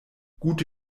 gute